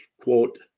quote